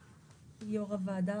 ייפגע?